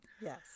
Yes